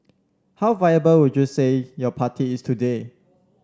how viable would you say your party is today